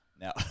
Now